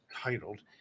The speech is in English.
titled